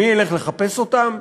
מי ילך לחפש אותם?